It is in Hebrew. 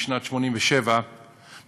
בשנת 1987,